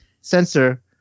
sensor